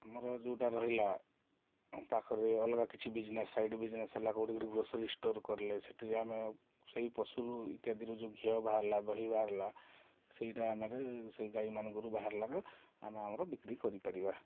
ଆମର ଯେଉଁଟା ରହିଲା ପାଖରେ ଅଲଗା କିଛି ବିଜନେସ୍ ସାଇଡ଼୍ ବିଜନେସ୍ ହେଲା କେଉଁଠି ଗୋଟେ ଗ୍ରୋସରୀ ଷ୍ଟୋର୍ କଲେ ସେଥିରେ ଆମେ ସେଇ ପଶୁରୁ ଇତ୍ୟାଦିରୁ ଯେଉଁ ଘିଅ ବାହାରିଲା ଦହି ବାହାରିଲା ସେଇଟା ଆମର ସେଇ ଗାଈମାନଙ୍କରୁ ବାହାରିଲାରୁ ଆମେ ଆମର ବିକ୍ରି କରିପାରିବା